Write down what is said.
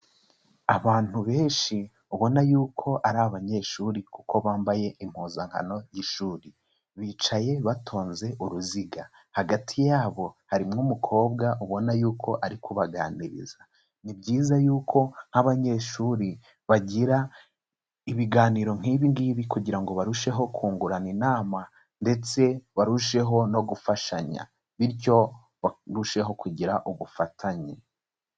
Abantu benshi ubona y'uko ari abanyeshuri kuko bambaye impuzankano y'ishuri, bicaye batonze uruziga, hagati yabo harimwo umukobwa ubona y'uko ari kubaganiriza, ni byiza y'uko nk'abanyeshuri bagira ibiganiro nk'ibi ngibi kugira ngo barusheho kungurana inama ndetse barusheho no gufashanya, bityo barusheho kugira ubufatanye.